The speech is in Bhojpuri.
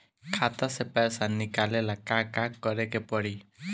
खाता से पैसा निकाले ला का का करे के पड़ी?